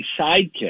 sidekick